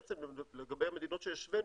לגבי המדינות שהשווינו,